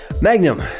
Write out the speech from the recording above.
Magnum